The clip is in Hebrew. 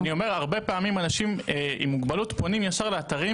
יש שיתוף פעולה כבר מ-2012,